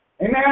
Amen